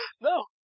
No